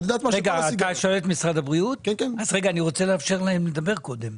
אני רוצה קודם לאפשר להם לדבר.